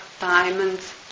diamonds